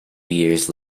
years